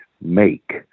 make